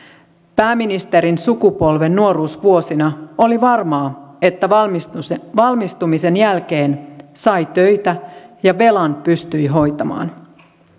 pääministerin sukupolven nuoruusvuosina oli varmaa että valmistumisen valmistumisen jälkeen sai töitä ja velan pystyi hoitamaan